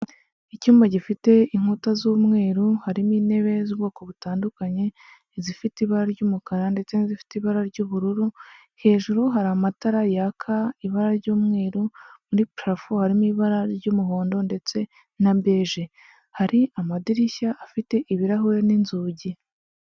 Icyumba gifite inkuta z'umweru, harimo intebe z'ubwoko butandukanye: izifite ibara ry'umukara ndetse n'izifite ibara ry'ubururu, hejuru hari amatara yaka ibara ry'umweru, muri parafo harimo ibara ry'umuhondo ndetse na beje. Hari amadirishya afite ibirahure n'inzugi.